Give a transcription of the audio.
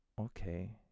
okay